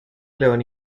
león